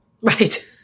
Right